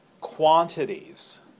quantities